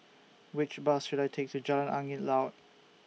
Which Bus should I Take to Jalan Angin Laut